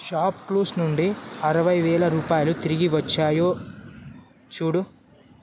ShopClues నుండి అరవైవేల రూపాయలు తిరిగివచ్చాయో చూడు